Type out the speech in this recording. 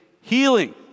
healing